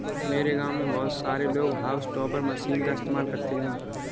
मेरे गांव में बहुत सारे लोग हाउस टॉपर मशीन का इस्तेमाल करते हैं